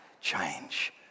change